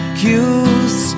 cues